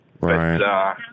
Right